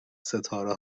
ستاره